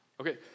Okay